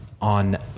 on